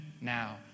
now